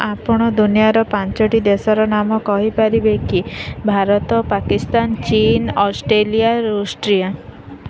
ଆପଣ ଦୁନିଆର ପାଞ୍ଚଟି ଦେଶର ନାମ କହିପାରିବେ କି ଭାରତ ପାକିସ୍ତାନ ଚୀନ ଅଷ୍ଟ୍ରେଲିଆ ରୁଷିଆ